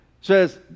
says